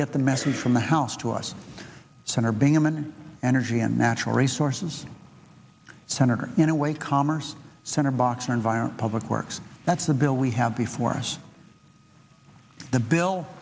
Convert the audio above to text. get the message from the house to us senator bingaman energy and natural resources senator in a way commerce senator boxer environment public works that's the bill we have before us the bill